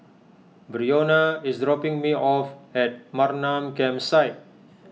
Breonna is dropping me off at Mamam Campsite